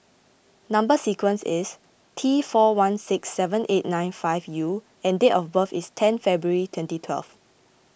Number Sequence is T four one six seven eight nine five U and date of birth is ten February twenty twelve